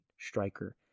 striker